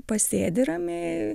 pasėdi ramiai